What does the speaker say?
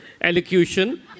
elocution